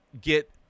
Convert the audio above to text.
get